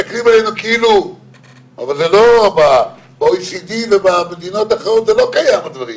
אבל ב-OECD ובמדינות אחרות הדברים האלה לא קיימים.